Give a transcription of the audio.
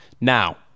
Now